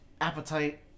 appetite